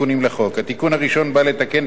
התיקון הראשון בא לתקן את ההגדרה הקבועה